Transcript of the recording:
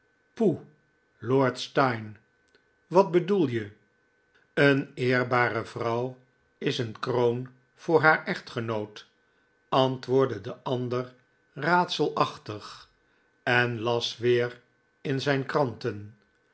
poeh lord steyne wat bedoel je een eerbare vrouw is een kroon voor haar echtgenoot antwoordde de ander raadselachtig en las weer in zijn kranten